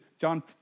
John